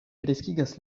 kreskigas